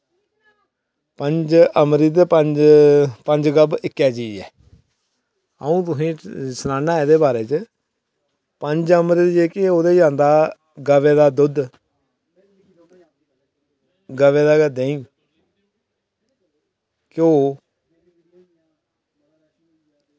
पंज अमृत ते पंज गब्ब इक्कै चीज ऐ अं'ऊ तुसेंगी सनाना एह्दे बारै च पंज अमृत ते ओह्दे च आंदा गवै दा दुद्ध गवै दा गै देहीं घिओ